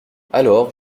alors